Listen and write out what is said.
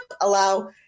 allow